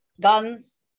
guns